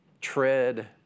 tread